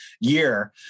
year